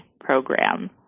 Program